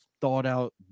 thought-out